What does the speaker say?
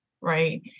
right